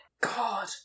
God